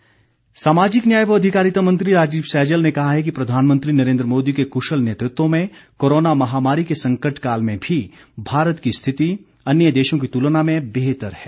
सैजल सामाजिक न्याय व अधिकारिता मंत्री राजीव सैजल ने कहा है कि प्रधानमंत्री नरेन्द्र मोदी के कुशल नेतृत्व में कोरोना महामारी के संकटकाल में भी भारत की स्थिति अन्य देशों की तुलना में बेहतर है